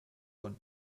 bonn